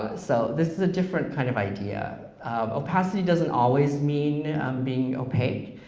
ah so this is a different kind of idea. opacity doesn't always mean being opaque,